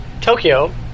Tokyo